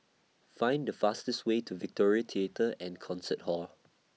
Find The fastest Way to Victoria Theatre and Concert Hall